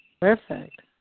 Perfect